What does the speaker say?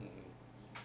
mm